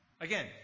Again